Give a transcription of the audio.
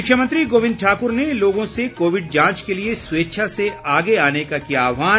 शिक्षा मंत्री गोविन्द ठाकुर ने लोगों से कोविड जांच के लिए स्वेच्छा से आगे आने का किया आह्वान